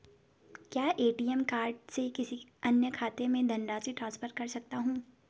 क्या ATM card से किसी अन्य खाते में धनराशि ट्रांसफर कर सकता हूँ?